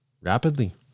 rapidly